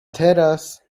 teraz